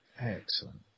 Excellent